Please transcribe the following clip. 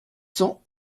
cents